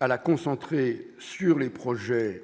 à la concentrer sur les projets